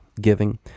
giving